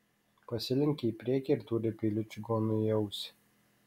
pasilenkė į priekį ir dūrė peiliu čigonui į ausį